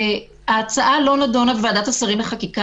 ההצעה לא נדונה בוועדת השרים לחקיקה,